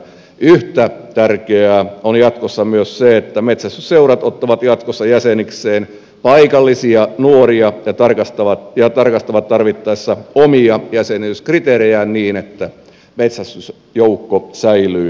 yhtä tärkeää on jatkossa myös se että metsästysseurat ottavat jatkossa jäsenikseen paikallisia nuoria ja tarkastavat tarvittaessa omia jäsenyyskriteerejään niin että metsästysjoukko säilyy riittävänä